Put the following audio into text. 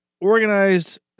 Organized